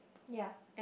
ya